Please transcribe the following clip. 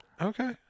Okay